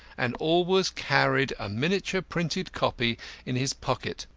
and always carried a minutely printed copy in his pocket,